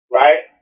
right